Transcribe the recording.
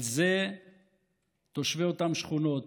על זה תושבי אותן שכונות,